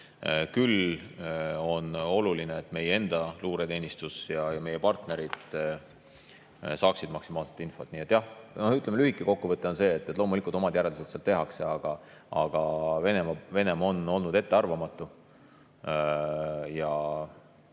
Küll on aga oluline, et meie enda luureteenistus ja meie partnerid saaksid maksimaalselt infot. Jah, ütleme, lühike kokkuvõte on see: loomulikult oma järeldused sellest tehakse, aga Venemaa on olnud ettearvamatu.